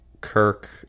Kirk